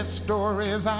stories